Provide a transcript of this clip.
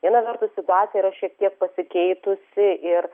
viena vertus situacija yra šiek tiek pasikeitusi ir